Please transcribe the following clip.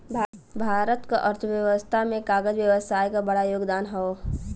भारत क अर्थव्यवस्था में कागज व्यवसाय क बड़ा योगदान हौ